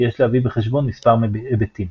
כי יש להביא בחשבון מספר היבטים.